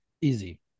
Easy